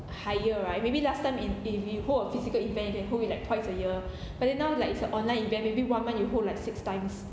higher right maybe last time in if you hold a physical event you can hold it like twice a year but then now like it's a online event maybe one month you hold like six times